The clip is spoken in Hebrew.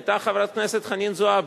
היתה חברת הכנסת חנין זועבי,